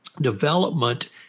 development